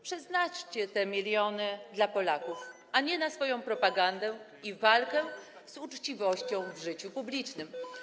Przeznaczcie te miliony dla Polaków, a nie na swoją propagandę i walkę z uczciwością w życiu publicznym.